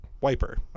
Wiper